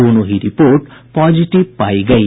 दोनों ही report positive पायी गयी